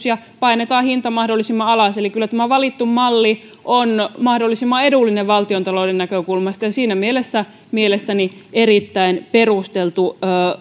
ja painetaan hinta mahdollisimman alas eli kyllä tämä valittu malli on mahdollisimman edullinen valtiontalouden näkökulmasta ja siinä mielessä mielestäni erittäin perusteltu